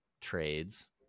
trades